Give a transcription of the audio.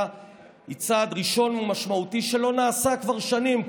היא צעד ראשון ומשמעותי שלא נעשה כבר שנים.